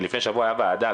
לפני שבוע היה וועדה,